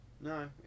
No